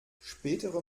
spätere